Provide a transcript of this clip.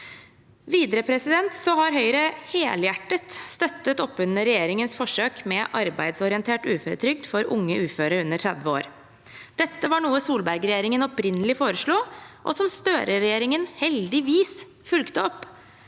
Videre har Høyre helhjertet støttet opp under regjeringens forsøk med arbeidsorientert uføretrygd for unge uføre under 30 år. Dette var noe Solberg-regjeringen opprinnelig foreslo og som Støre-regjeringen heldigvis fulgte opp.